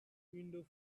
window